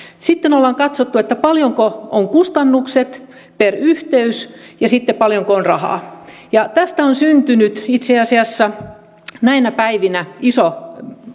sitten ollaan katsottu paljonko ovat kustannukset per yhteys ja sitten paljonko on rahaa tästä on syntynyt itse asiassa näinä päivinä iso